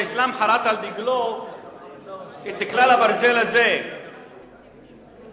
האסלאם חרת על דגלו את כלל הברזל הזה: כבוד,